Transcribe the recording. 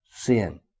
Sin